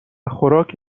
خوراک